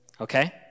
okay